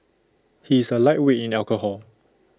he is A lightweight in alcohol